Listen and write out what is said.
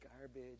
garbage